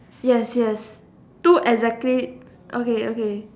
yes yes two exactly okay okay